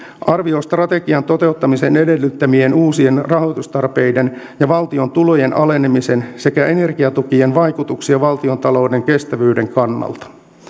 arvioi strategian toteuttamisen edellyttämien uusien rahoitustarpeiden ja valtion tulojen alenemisen sekä energiatukien vaikutuksia valtiontalouden kestävyyden kannalta